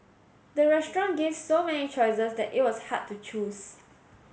the restaurant gave so many choices that it was hard to choose